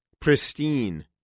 pristine